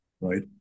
Right